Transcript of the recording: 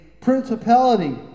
principality